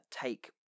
take